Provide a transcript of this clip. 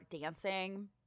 dancing